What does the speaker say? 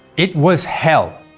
it was hell.